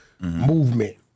movement